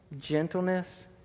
gentleness